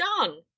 done